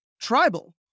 tribal